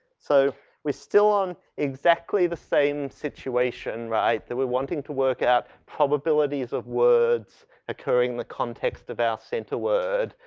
so we're still on exactly the same situation, right? that we're wanting to work out probabilities of words occurring in the context of our center word.